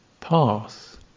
Path